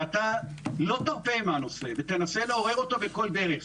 אני מקווה מאוד שאתה לא תרפה מהנושא ותנסה לעורר אותו בכל דרך.